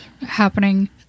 happening